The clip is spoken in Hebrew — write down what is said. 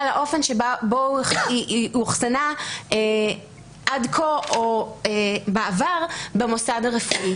האופן שבו היא אוחסנה עד כה או בעבר במוסד הרפואי.